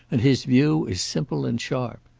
and his view is simple and sharp.